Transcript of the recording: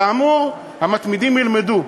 כאמור, המתמידים ילמדו,